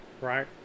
right